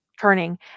turning